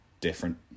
different